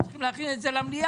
הם צריכים להכין את זה למליאה.